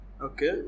Okay